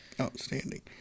Outstanding